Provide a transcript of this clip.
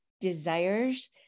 desires